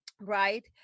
right